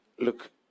Look